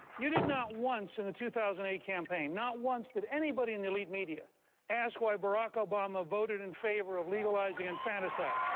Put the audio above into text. you did not once in the two thousand and eight campaign, not once did anybody in the elite media ask why barack obama voted in favor of legalizing infanticide.